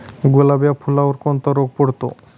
गुलाब या फुलावर कोणता रोग पडतो?